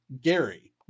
Gary